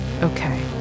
Okay